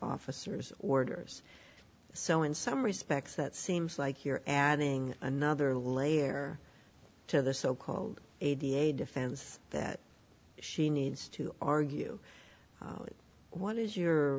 officers orders so in some respects that seems like you're adding another layer to the so called a da defense that she needs to argue what is your